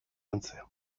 lantzea